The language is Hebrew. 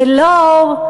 הלו,